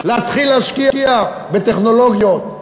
להתחיל להשקיע בטכנולוגיות,